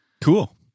Cool